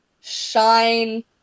Shine